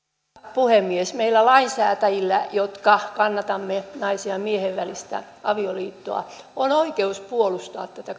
puhemies meillä lainsäätäjillä jotka kannatamme naisen ja miehen välistä avioliittoa on oikeus puolustaa tätä